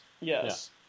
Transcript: yes